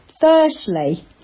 Firstly